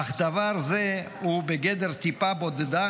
אך דבר זה הוא בגדר טיפה בודדה,